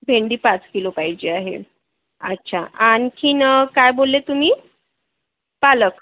भेंडी पाच किलो पाहिजे आहे अच्छा आणखी काय बोलले तुम्ही पालक